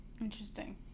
Interesting